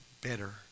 better